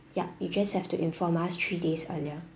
ya you just have to inform us three days earlier